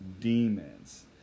demons